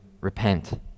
repent